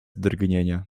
drgnienia